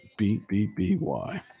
BBBY